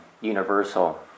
universal